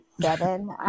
seven